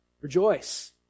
rejoice